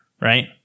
right